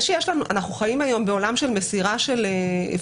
אנחנו חיים היום בעולם של מסירה פיזית.